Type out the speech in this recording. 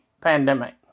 pandemic